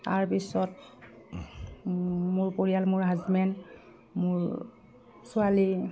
তাৰপিছত মোৰ পৰিয়াল মোৰ হাজবেণ্ড মোৰ ছোৱালী